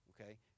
okay